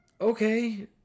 okay